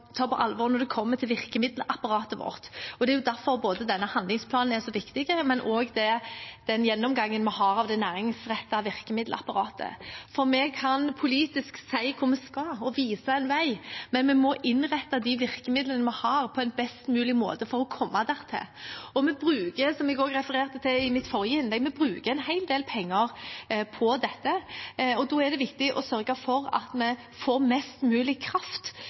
ta på alvor når det kommer til virkemiddelapparatet vårt. Det er derfor denne handlingsplanen og også den gjennomgangen vi har av det næringsrettede virkemiddelapparatet, er så viktig. Vi kan politisk si hvor vi skal, og vise en vei, men vi må innrette de virkemidlene vi har, på en best mulig måte for å komme dit. Og vi bruker, som jeg også refererte til i mitt forrige innlegg, en hel del penger på dette. Da er det viktig å sørge for at vi får mest mulig kraft